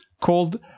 called